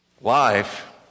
Life